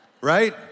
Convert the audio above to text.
right